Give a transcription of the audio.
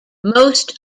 most